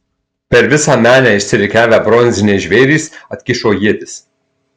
per visą menę išsirikiavę bronziniai žvėrys atkišo ietis